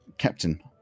Captain